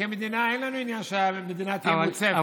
כמדינה אין לנו עניין שהמדינה תהיה מוצפת,